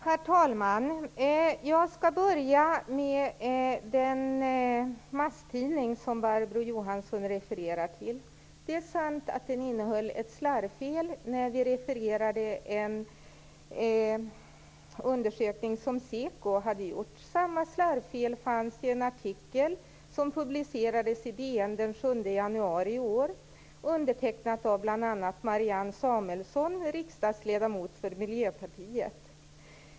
Herr talman! Jag skall börja med den tidning som Barbro Johansson hänvisar till. Det är sant att det fanns ett slarvfel i vårt referat av en undersökning som SEKO hade gjort. Samma slarvfel fanns i en artikel som publicerades i DN den 7 januari i år, undertecknad av bl.a. Marianne Samuelsson, riksdagsledamot för Miljöpartiet.